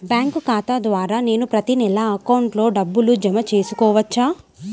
Bank ఖాతా ద్వారా నేను ప్రతి నెల అకౌంట్లో డబ్బులు జమ చేసుకోవచ్చా?